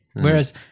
whereas